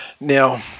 Now